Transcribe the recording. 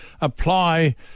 Apply